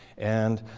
and